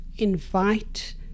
invite